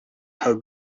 how